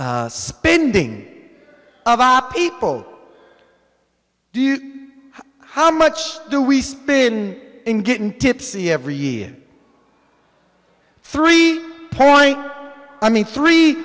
reckless spending of our people do you how much do we spin in getting tipsy every year three point i mean three